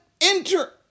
enter